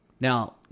Now